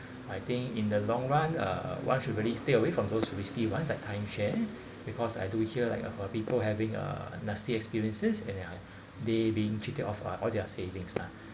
I think in the long run uh one should really stay away from those risky ones like timeshare because I do hear like of uh people having uh nasty experiences anyhow they being cheated of uh all their savings lah